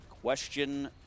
Question